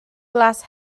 glas